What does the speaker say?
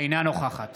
אינה נוכחת